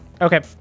Okay